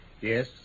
yes